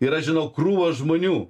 ir aš žinau krūvą žmonių